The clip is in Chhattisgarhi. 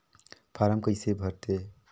फारम कइसे भरते?